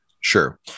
Sure